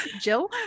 Jill